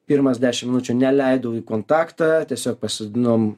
pirmas dešim minučių neleidau į kontaktą tiesiog pasodinom